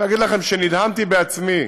להגיד לכם שנדהמתי בעצמי